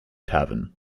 tavern